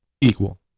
equal